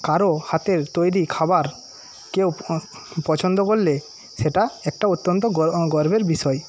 কারও হাতের তৈরি খাবার কেউ ফ পছন্দ করলে সেটা একটা অত্যন্ত গর গর্বের বিষয়